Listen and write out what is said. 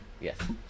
Yes